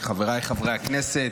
חבריי חברי הכנסת,